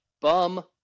bum